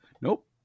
nope